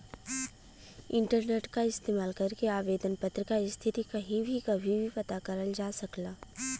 internet क इस्तेमाल करके आवेदन पत्र क स्थिति कहीं भी कभी भी पता करल जा सकल जाला